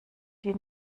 die